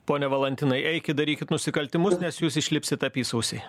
pone valantinai eikit darykit nusikaltimus nes jūs išlipsit apysausiai